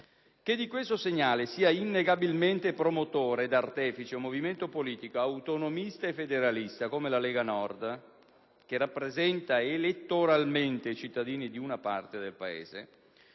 Che di questo segnale sia innegabilmente promotore ed artefice un movimento politico autonomista e federalista come la Lega Nord, che rappresenta i cittadini di una parte del Paese,